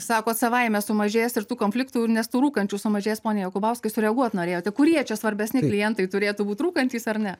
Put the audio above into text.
sakot savaime sumažės ir tų konfliktų nes tų rūkančių sumažės pone jakubauskai sureaguot norėjote kurie čia svarbesni klientai turėtų būt rūkantys ar ne